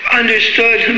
understood